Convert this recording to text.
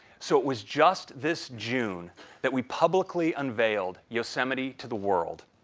so, it was just this june that we publicly unveiled yosemite to the world.